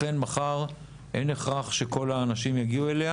לכן מחר - אין הכרח שכל האנשים יגיעו לדיון